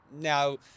Now